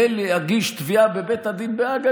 בלהגיש תביעה בבית הדין בהאג,